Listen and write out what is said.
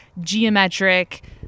geometric